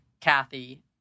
Kathy